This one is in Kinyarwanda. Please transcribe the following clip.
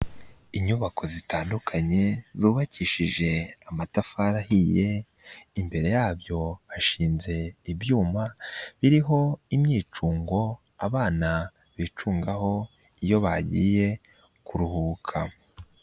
Inyubako zitandukanye zubakishije amatafari ahiye, imbere yabyo hashinze ibyuma biriho imyicungo abana bicungaho iyo bagiye kuruhuka.